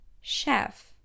chef